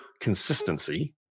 consistency